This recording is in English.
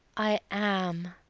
i am.